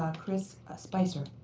chris ah spicer.